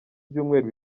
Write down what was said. byumweru